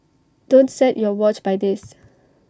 don't set your watch by this